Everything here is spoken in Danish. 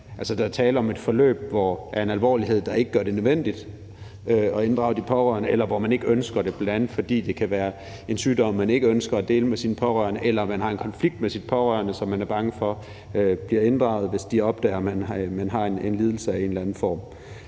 der er tale om et forløb af en alvorlighed, der ikke gør det nødvendigt at inddrage de pårørende, eller hvor man ikke ønsker det, bl.a. fordi det kan være en sygdom, man ikke ønsker at dele med sine pårørende, eller at man har en konflikt med sine pårørende, som man er bange for bliver inddraget, hvis de opdager, man har en lidelse af en eller anden form.